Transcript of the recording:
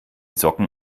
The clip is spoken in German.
socken